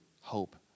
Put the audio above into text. hope